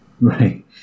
right